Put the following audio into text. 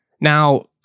Now